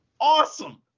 awesome